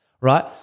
right